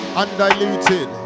undiluted